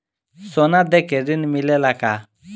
सोना देके ऋण मिलेला का?